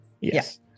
Yes